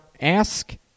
ask